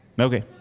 Okay